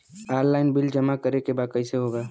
Online bill जमा करे के बा कईसे होगा?